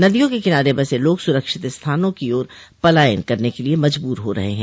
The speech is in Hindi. नदियों के किनारे बसे लोग सुरक्षित स्थानों की ओर पलायन करने के लिए मजबूर हो रहे ह